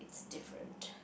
it's different